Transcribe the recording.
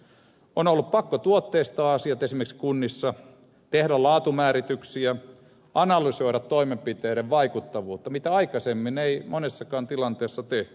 on ollut pakko tuotteistaa asiat esimerkiksi kunnissa tehdä laatumäärityksiä analysoida toimenpiteiden vaikuttavuutta mitä aikaisemmin ei monessakaan tilanteessa tehty